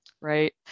right